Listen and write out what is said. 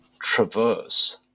traverse